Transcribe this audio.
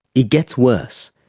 it gets worse.